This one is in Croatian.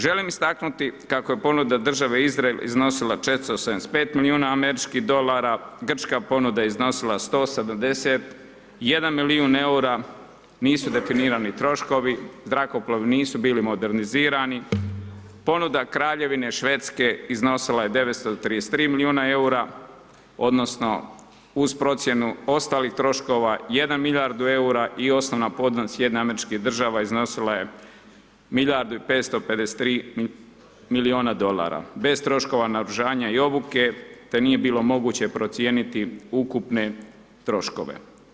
Želim istaknuti kako je ponuda države Izrael iznosila 475 milijuna američkih dolara, Grčka ponuda je iznosila 171 milijun EUR-a, nisu definirani troškovi, zrakoplovi nisu bili modernizirani, ponuda Kraljevine Švedske iznosila je 933 milijuna EUR-a odnosno uz procjenu ostalih troškova jedan milijardu EUR-a i osnovna… [[Govornik se ne razumije]] SAD iznosila je milijardu i 553 milijuna dolara, bez troškova naoružanja i obuke, te nije bilo moguće procijeniti ukupne troškove.